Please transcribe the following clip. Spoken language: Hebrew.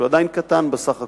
שהוא עדיין קטן בסך הכול,